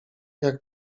jak